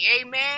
Amen